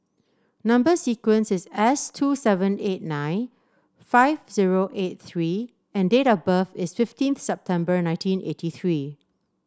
number sequence is S two seven eight nine five zero eight three and date of birth is fifteen September nineteen eighty three